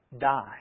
die